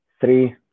three